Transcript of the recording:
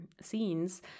scenes